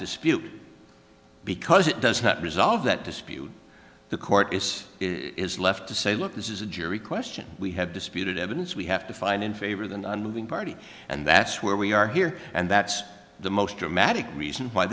dispute because it does not resolve that dispute the court is is left to say look this is a jury question we have disputed evidence we have to find in favor the nonmoving party and that's where we are here and that's the most dramatic reason why